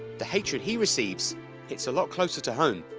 the hatred he receives hits a lot closer to home.